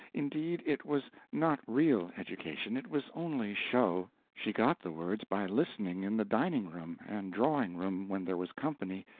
indeed, it was not real education it was only show she got the words by listening in the dining-room and drawing-room when there was company,